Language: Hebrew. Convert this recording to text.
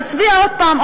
נצביע עוד פעם,